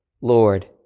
Lord